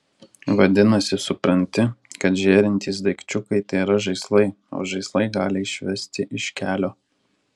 vadinasi supranti kad žėrintys daikčiukai tėra žaislai o žaislai gali išvesti iš kelio